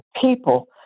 people